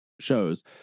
shows